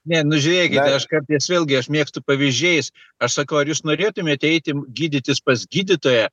ne nu žiūrėkit aš kartais vėlgi aš mėgstu pavyzdžiais aš sakau ar jūs norėtumėte eiti gydytis pas gydytoją